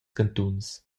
cantuns